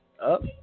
up